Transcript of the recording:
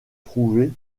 trouver